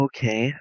Okay